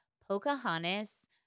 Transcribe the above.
Pocahontas